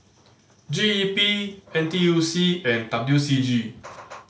G E P N T U C and W C G